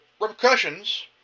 repercussions